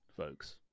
folks